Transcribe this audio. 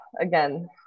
again